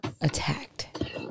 attacked